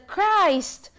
Christ